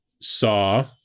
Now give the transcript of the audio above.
saw